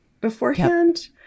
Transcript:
beforehand